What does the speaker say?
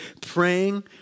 praying